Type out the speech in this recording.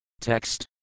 Text